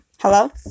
Hello